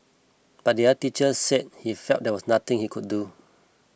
but the other teacher said he felt there was nothing he could do